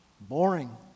boring